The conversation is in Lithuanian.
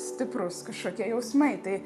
stiprūs kažkokie jausmai tai